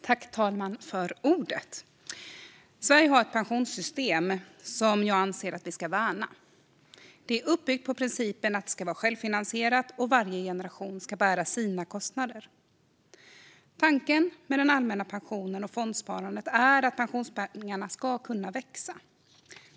Herr ålderspresident! Sverige har ett pensionssystem som jag anser att vi ska värna. Det är uppbyggt på principen att det ska vara självfinansierat och att varje generation ska bära sina kostnader. Tanken med den allmänna pensionen och fondsparandet är att pensionspengarna ska kunna växa.